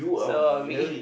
so are we